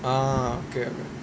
ah okay okay